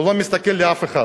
הוא לא מסתכל על אף אחד.